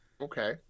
Okay